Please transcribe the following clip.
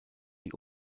die